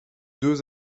deux